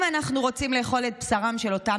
אם אנחנו רוצים לאכול את בשרם של אותם